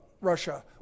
Russia